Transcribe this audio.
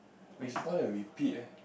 it's all the repeat eh